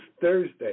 Thursday